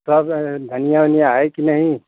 सब धनिया उनिया है कि नहीं